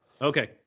Okay